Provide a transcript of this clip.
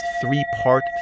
three-part